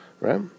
Right